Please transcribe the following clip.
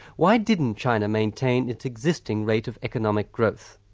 why didn't china maintain its existing rate of economic growth,